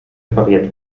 repariert